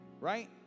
right